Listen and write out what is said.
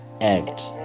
act